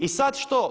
I sad što?